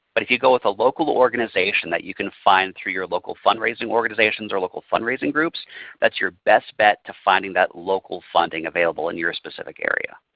but if you go with a local organization that you can find through your local fundraising organizations or local fundraising groups that's your best bet to finding that local funding available in your specific area.